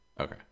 Okay